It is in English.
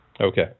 Okay